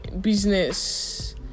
business